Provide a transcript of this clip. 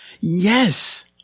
Yes